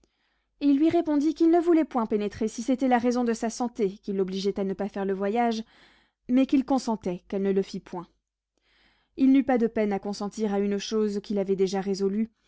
il lui répondit qu'il ne voulait point pénétrer si c'était la raison de sa santé qui l'obligeait à ne pas faire le voyage mais qu'il consentait qu'elle ne le fît point il n'eut pas de peine à consentir à une chose qu'il avait déjà résolue